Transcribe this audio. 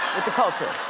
the culture.